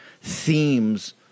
themes